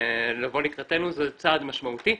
לבוא לקראתנו זה צעד משמעותי,